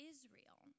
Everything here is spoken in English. Israel